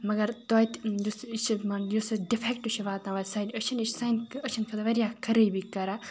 مگر توتہِ یُس یہِ چھِ مان یُس یہِ ڈِفیکٹ چھِ واتان وَ سانہِ أچھَن یہِ چھُ سانہِ أچھَن خٲطرٕ واریاہ خرٲبی کَران